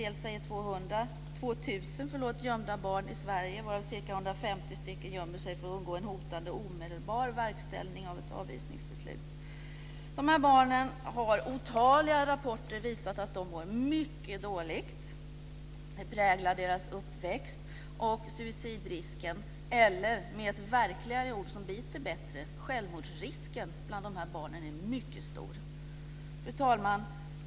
Det är svårt att veta. Av dessa 2 000 barn gömmer sig ca 150 för att undgå en hotande omedelbar verkställning av avvisningsbeslut. Otaliga rapporter har visat att de här barnen mår mycket dåligt. Det präglar deras uppväxt. Suicidrisken, eller med ett verkligare ord som biter bättre självmordsrisken, bland de här barnen är mycket stor. Fru talman!